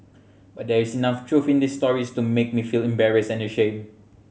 but there is enough truth in these stories to make me feel embarrassed and ashamed